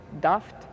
daft